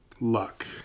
luck